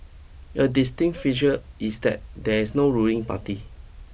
a distinct feature is that there is no ruling party